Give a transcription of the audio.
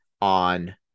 on